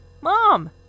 Mom